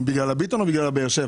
בגלל ה-ביטון או בגלל ה-באר שבע?